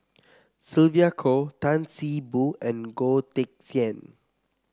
Sylvia Kho Tan See Boo and Goh Teck Sian